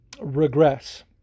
regress